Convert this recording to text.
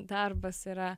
darbas yra